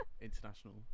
international